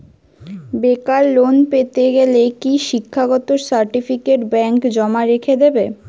বেকার লোন পেতে গেলে কি শিক্ষাগত সার্টিফিকেট ব্যাঙ্ক জমা রেখে দেবে?